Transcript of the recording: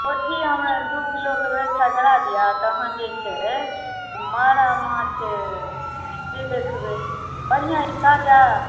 पोठही हमरा दू किलोके व्यवस्था करा दिअ तहन जे छै मारा माछ से देखबै बढ़िआँ अछि ताजा